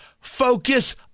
Focus